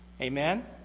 Amen